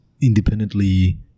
independently